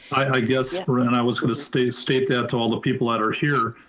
i guess, wherein i was gonna state state that to all the people that are here,